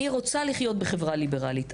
אני רוצה לחיות בחברה ליברלית.